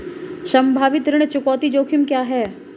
संभावित ऋण चुकौती जोखिम क्या हैं?